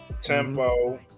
tempo